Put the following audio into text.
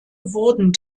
wurden